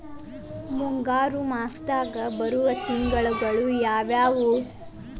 ಮುಂಗಾರು ಮಾಸದಾಗ ಬರುವ ತಿಂಗಳುಗಳ ಯಾವವು?